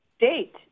date